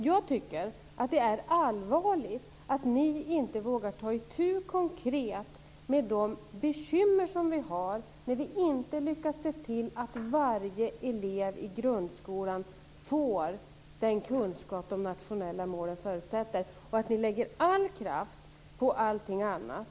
Jag tycker att det är allvarligt att ni inte vågar ta itu konkret med de bekymmer som vi har när vi inte lyckas se till att varje elev i grundskolan får den kunskap som de nationella målen förutsätter och att ni lägger all kraft på allting annat.